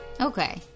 Okay